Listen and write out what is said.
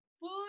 food